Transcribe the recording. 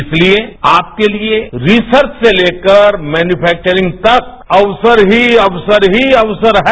इसलिए आपके लिए रिसर्च से लेकर मैन्युफैक्चरिंग तक अक्सर ही अक्सर है